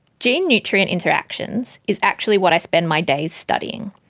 gene-nutrient interactions is actually what i spend my days studying,